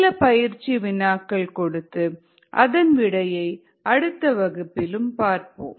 சில பயிற்சி வினாக்கள் கொடுத்து அதன் விடையை அடுத்த வகுப்பிலும் பார்ப்போம்